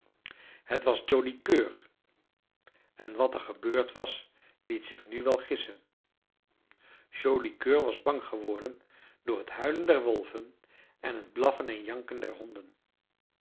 het was joli coeur en wat er gebeurd was liet zich nu wel gissen joli coeur was bang geworden door het huilen der wolven en het blaffen en janken der honden